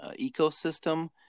ecosystem